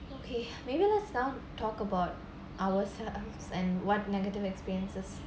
okay maybe let's now talk about ourselves and what negative experiences